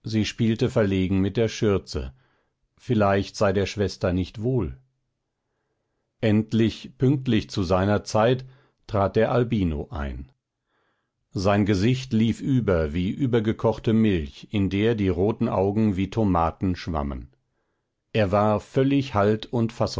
sie spielte verlegen mit der schürze vielleicht sei der schwester nicht wohl endlich pünktlich zu seiner zeit trat der albino ein sein gesicht lief über wie übergekochte milch in der die roten augen wie tomaten schwammen er war völlig halt und